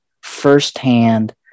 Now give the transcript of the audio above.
firsthand